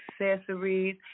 accessories